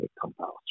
compounds